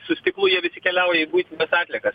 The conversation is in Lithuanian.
su stiklu jie visi keliauja į buitines atliekas